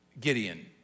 Gideon